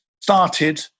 started